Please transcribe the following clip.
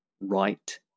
right